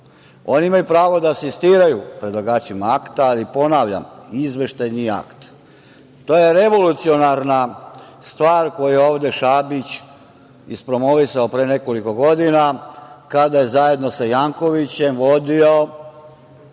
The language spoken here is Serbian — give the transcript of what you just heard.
Oni imaju pravo da asistiraju predlagačima akta, ali ponavljam izveštaj nije akt. To je revolucionarna stvar koju je ovde Šabić ispromovisao pre nekoliko godina kada je zajedno sa Jankovićem vodio